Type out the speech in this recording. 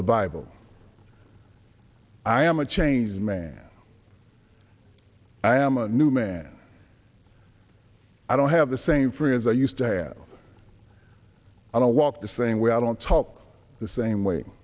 the bible i am a changed man i am a new man i don't have the same free as i used to have i don't walk the same way i don't talk the same way